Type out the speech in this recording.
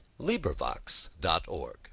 LibriVox.org